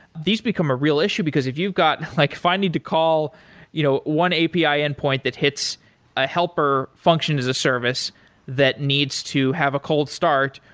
these become a real issue because if you've got like if i need to call you know one api end point that hits a helper function as a service that needs to have a cold start,